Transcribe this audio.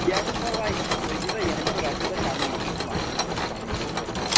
کیٚنٛہہ چھُنہٕ پروایی تُہۍ دیٖتو یِہنٛدۍ کھۄتہٕ رۄپیہِ دہ کَمٕے یہِ کُس مَسلہٕ چھُ یے پَنٕنۍ کوٗر چھِ اَتِتھَن